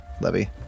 Levy